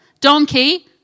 Donkey